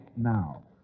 now